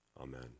amen